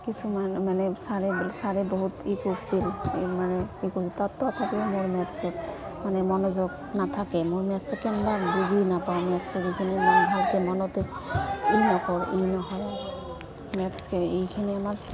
কিছুমান মানে ছাৰে ছাৰে বহুত ই কৰছিল এই মানে ই কৰছিল তাও তথাপিও মোৰ মেথ্ছত মানে মনোযোগ নাথাকে মোৰ মেথ্ছটো কেনবা বুজি নাপাওঁ মেথ্ছৰ এইখিনি মই ভালকৈ মনতে ই নকৰোঁ ই নহয় আৰু মেথ্ছকে এইখিনি আমাৰ